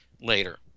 later